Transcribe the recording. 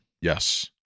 Yes